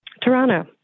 Toronto